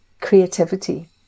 creativity